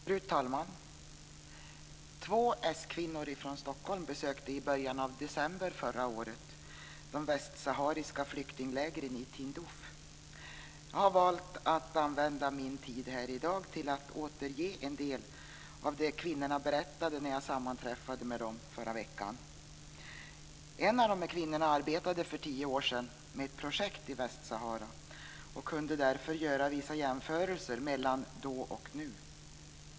Fru talman! Två s-kvinnor från Stockholm besökte i början av december förra året de västsahariska flyktinglägren i Tindouf. Jag har valt att använda min tid här i dag till att återge en del av det som kvinnorna berättade när jag sammanträffade med dem förra veckan. En av dessa kvinnor arbetade för tio år sedan med ett projekt i Västsahara och kunde därför göra vissa jämförelser mellan då och nu.